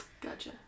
Gotcha